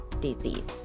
disease